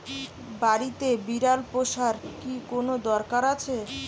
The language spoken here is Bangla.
বাড়িতে বিড়াল পোষার কি কোন দরকার আছে?